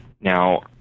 Now